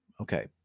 Okay